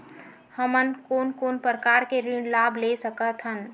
हमन कोन कोन प्रकार के ऋण लाभ ले सकत हन?